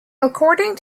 according